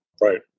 right